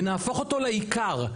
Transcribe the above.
ונהפוך אותו לעיקר,